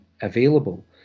available